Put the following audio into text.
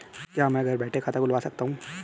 क्या मैं घर बैठे खाता खुलवा सकता हूँ?